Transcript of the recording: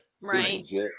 Right